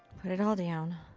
put it all down.